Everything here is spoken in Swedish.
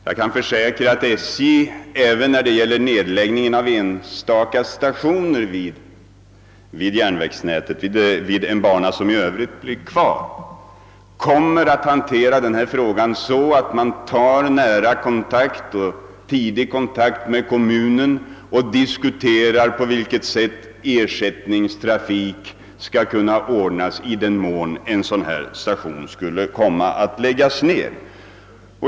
Jag kan försäkra att SJ även vid ställningstagandet till nedläggningen av någon enstaka station vid en bana som i övrigt blir bestående kommer att tidigt ta nära kontakt med ifrågavarande kommun för att diskutera på vilket sätt ersättningstrafik skall kunna anordnas för den händelse en sådan station skulle behöva läggas ned.